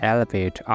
Elevate